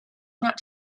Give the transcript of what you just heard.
not